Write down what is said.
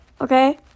okay